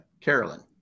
Carolyn